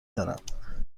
دارم